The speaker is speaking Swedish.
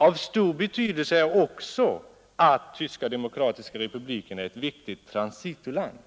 Av stor betydelse är också att TDR är ett viktigt transitoland.